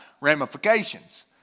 ramifications